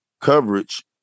coverage